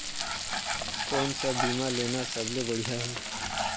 कोन स बीमा लेना सबले बढ़िया हे?